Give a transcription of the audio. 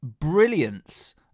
brilliance